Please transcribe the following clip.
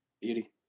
Beauty